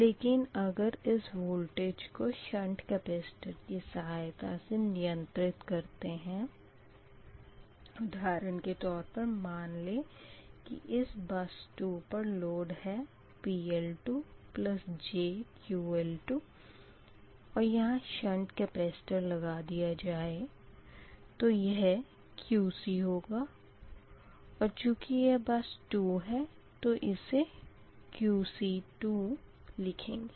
लेकिन अगर इस वोल्टेज को शंट कपेस्टर की सहायता से नियंत्रित करते है उधारण के तौर पर मान लें इस बस 2 पर लोड है PL2jQL2 और यहाँ शंट कपेस्टर लगा दिया जाए तो यह QC होगा और चूँकि यह बस 2 है तो इसे QC2 लिखेंगे